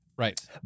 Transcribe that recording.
Right